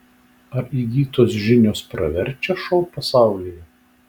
ar įgytos žinios praverčia šou pasaulyje